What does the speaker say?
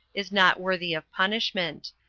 is not worthy of punishment.